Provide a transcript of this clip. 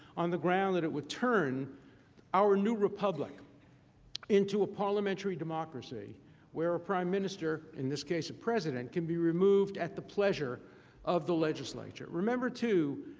on the grounds that it would turn our new republic into a parliamentary democracy where a prime minister, in this case a president, can be removed at the pleasure of the legislature. remember, too,